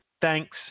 Thanks